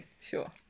sure